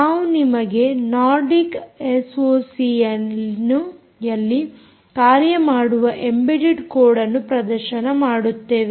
ನಾವು ನಿಮಗೆ ನೋರ್ಡಿಕ್ ಎಸ್ಓಸಿಯಲ್ಲಿ ಕಾರ್ಯಮಾಡುವ ಎಂಬೆಡೆಡ್ ಕೋಡ್ಅನ್ನು ಪ್ರದರ್ಶನ ಮಾಡುತ್ತೇವೆ